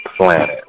planet